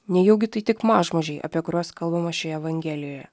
nejaugi tai tik mažmožiai apie kuriuos kalbama šioje evangelijoje